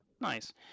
Nice